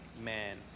Man